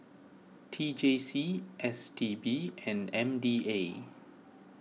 T J C S T B and M D A